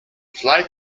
flight